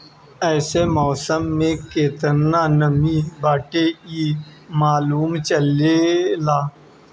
एसे मौसम में केतना नमी बाटे इ मालूम चलेला